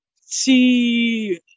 see